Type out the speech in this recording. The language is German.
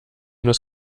das